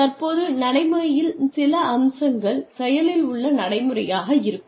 தற்போது நடைமுறையின் சில அம்சங்கள் செயலில் உள்ள நடைமுறையாக இருக்கும்